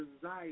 desire